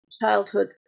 childhood